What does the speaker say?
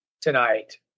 tonight